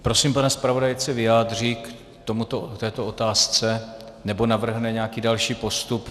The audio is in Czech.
Prosím pana zpravodaje, ať se vyjádří k této otázce nebo navrhne nějaký další postup.